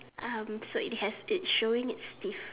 um so it has it's showing its teeth